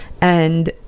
and-